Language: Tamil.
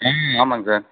ஆமாங்க சார்